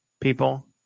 people